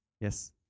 Yes